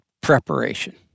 preparation